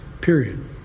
period